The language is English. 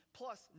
plus